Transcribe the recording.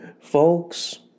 Folks